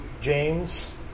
James